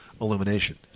illumination